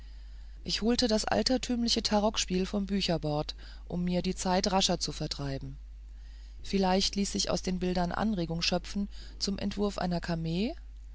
ich holte das altertümliche tarokspiel vom bücherbord um mir die zeit rascher zu vertreiben vielleicht ließ sich aus den bildern anregung schöpfen zum entwurf einer